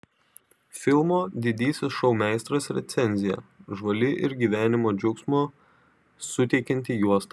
filmo didysis šou meistras recenzija žvali ir gyvenimo džiaugsmo suteikianti juosta